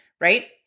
right